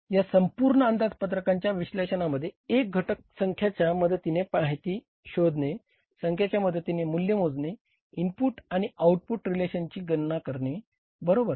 या संपूर्ण अंदाजपत्रकांच्या विश्लेषणामध्ये एक घटक संख्याच्या मदतीने माहिती शोधणे संख्यांच्या मदतीने मूल्ये मोजणे इनपुट आणि आउटपुट रिलेशनची गणना करणे बरोबर